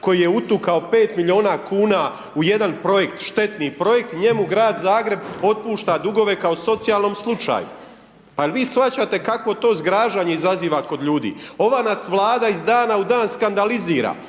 koji je utukao 5 milijuna kuna u jedan projekt, štetni projekt, njemu grad Zagreb otpušta dugove kao socijalnom slučaju. Pa jer vi shvaćate kakvo to zgražanje izaziva kod ljudi? Ova nas vlada iz dana u dan skandalizira.